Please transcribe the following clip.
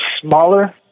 smaller